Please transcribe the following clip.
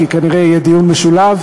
כי כנראה יהיה דיון משולב,